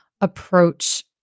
approach